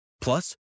Plus